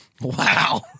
Wow